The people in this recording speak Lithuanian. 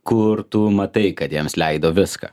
kur tu matai kad jiems leido viską